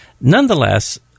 Nonetheless